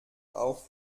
auf